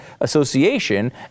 association